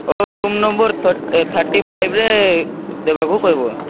ହଉ room number thirty five ରେ ଦେବାକୁ କହିବ